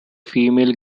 female